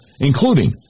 including